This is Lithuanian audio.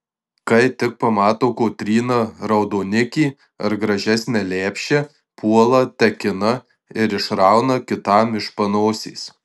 kai tik pamato kotryna raudonikį ar gražesnę lepšę puola tekina ir išrauna kitam iš panosės